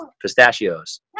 pistachios